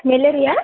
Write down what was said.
malaria